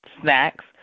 snacks